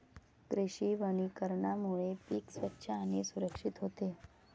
कृषी वनीकरणामुळे पीक स्वच्छ आणि सुरक्षित होते